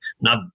Now